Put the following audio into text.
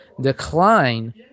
decline